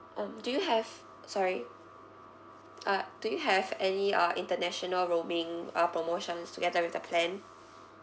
um do you have sorry uh do you have any uh international roaming uh promotions together with the plan